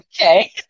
Okay